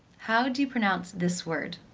how do you pronounce this word?